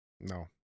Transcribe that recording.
no